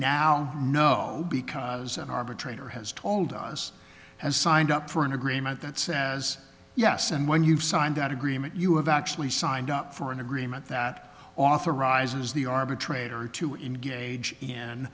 now know because an arbitrator has told us has signed up for an agreement that says yes and when you've signed that agreement you have actually signed up for an agreement that authorizes the arbitrator to engage in